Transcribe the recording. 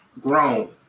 grown